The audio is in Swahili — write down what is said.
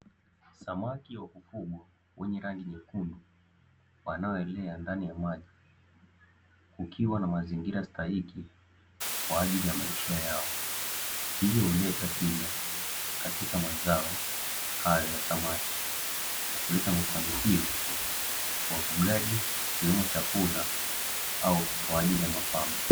Samaki wakufugwa wenye rangi nyekundu, wanaoelea ndani ya maji, kukiwa na mazingira stahiki kwa ajili ya maisha yao, hivyo huleta tija katika mazao haya ya samaki. Huleta mafanikikio kwa wafugaji, ikiweno chakula au kwa ajili ya mapambo.